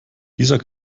dieser